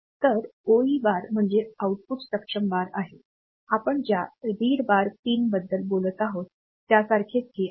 तर OE bar म्हणजे output सक्षम बार आहे आपण ज्या रीड बार पिन बद्दल बोलत आहोत त्यासारखेच हे आहे